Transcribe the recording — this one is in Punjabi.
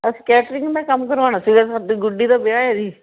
ਅਸੀਂ ਕੈਟਰਿੰਗ ਦਾ ਕੰਮ ਕਰਵਾਉਣਾ ਸੀ ਸਾਡੀ ਗੁੱਡੀ ਦਾ ਵਿਆਹ ਹੈ ਜੀ